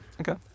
Okay